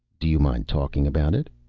do you mind talking about it?